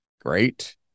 great